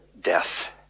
death